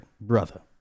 brother